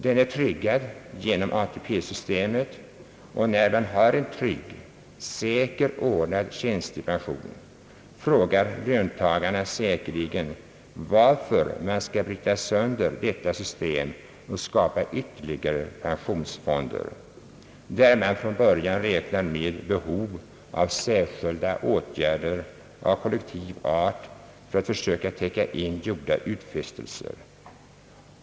Den är trygad genom ATP-systemet, och när man har en trygg och säkert ordnad tjänstepension, frågar löntagarna sig säkerligen varför man skulle bryta sönder detta system och skapa ytterligare pensionsfonder, där man från början räknar med behov av särskilda åtgärder av kollektiv art för att försöka täcka in gjorda utfästelser.